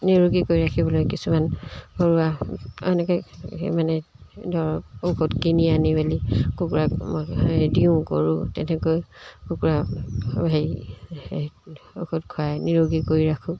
নিৰোগী কৰি ৰাখিবলৈ কিছুমান ঘৰুৱা এনেকৈ সেই মানে ধৰক ঔষধ কিনি আনি মেলি কুকুৰাক দিওঁ কৰোঁ তেনেকৈ কুকুৰা হেৰি ঔষধ খোৱাই নিৰোগী কৰি ৰাখোঁ